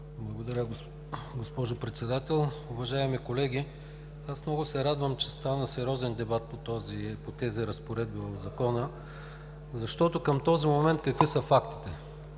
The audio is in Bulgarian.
Благодаря, госпожо Председател! Уважаеми колеги, аз много се радвам, че стана сериозен дебат по тези разпоредби в Закона, защото към този момент какви са фактите?